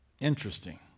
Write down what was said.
Interesting